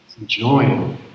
enjoying